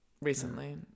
Recently